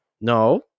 No